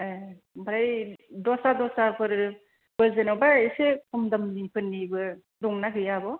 ए ओमफ्राय दस्रा दस्राफोरबो जेनेबा एसे खम दामनिफोरनिबो दं ना गैया आब'